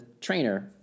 trainer